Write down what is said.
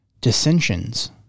dissensions